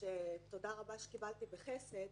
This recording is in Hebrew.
תודה רבה שקיבלתי בחסד,